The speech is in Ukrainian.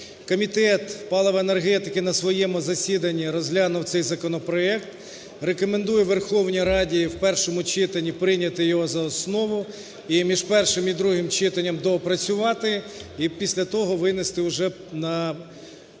Комітет палива і енергетики на своєму засіданні розглянув цей законопроект. Рекомендує Верховній Раді в першому читанні прийняти його за основу і між першим і другим читанням доопрацювати, і після того винести уже на повторне